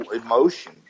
emotion